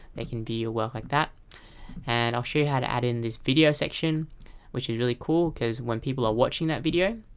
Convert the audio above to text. they can view your work like that and i'll show you how to add in this video section which is really cool because when people are watching that video,